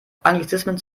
anglizismen